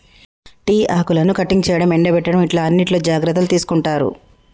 tea ఆకులను cutting చేయడం, ఎండపెట్టడం ఇట్లా అన్నిట్లో జాగ్రత్తలు తీసుకుంటారు